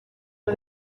rwa